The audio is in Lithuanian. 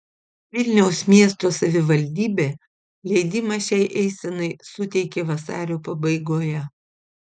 vilniaus miesto savivaldybė leidimą šiai eisenai suteikė vasario pabaigoje